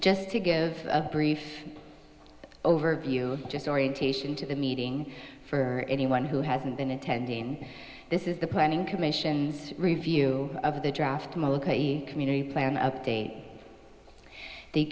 just to give a brief overview just orientation to the meeting for anyone who hasn't been attending this is the planning commission review of the draft i'm ok community plan update the